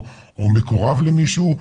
או מקורב למישהו.